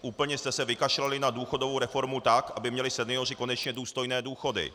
Úplně jste se vykašlali na důchodovou reformu, tak aby měli senioři konečně důstojné důchody.